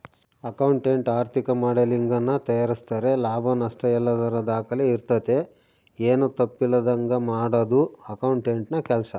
accountant ಆರ್ಥಿಕ ಮಾಡೆಲಿಂಗನ್ನ ತಯಾರಿಸ್ತಾರೆ ಲಾಭ ನಷ್ಟಯಲ್ಲದರ ದಾಖಲೆ ಇರ್ತತೆ, ಏನು ತಪ್ಪಿಲ್ಲದಂಗ ಮಾಡದು ಅಕೌಂಟೆಂಟ್ನ ಕೆಲ್ಸ